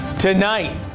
Tonight